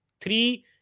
three